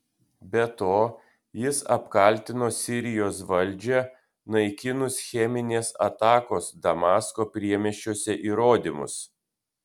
be to jis apkaltino sirijos valdžią naikinus cheminės atakos damasko priemiesčiuose įrodymus